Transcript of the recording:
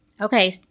Okay